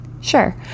Sure